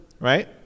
right